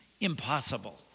Impossible